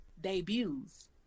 debuts